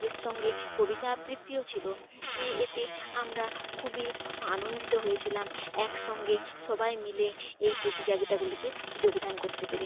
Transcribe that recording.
এর সঙ্গে কবিতা আবৃত্তিও ছিল এ এতে আমরা খুবই আনন্দিত হয়েছিলাম একসঙ্গে সবাই মিলে এই প্রতিযোগিতাগুলিতে যোগদান করতে পেরে